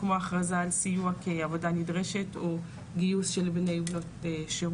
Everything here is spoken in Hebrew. כמו הכרזה על סיוע כעבודה נדרשת או גיוס של בני או בנות שירות,